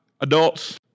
Adults